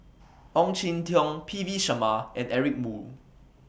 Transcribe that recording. Ong Jin Teong P V Sharma and Eric Moo